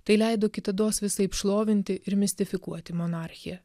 tai leido kitados visaip šlovinti ir mistifikuoti monarchiją